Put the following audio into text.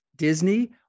Disney